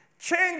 Change